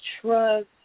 trust